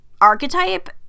archetype